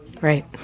Right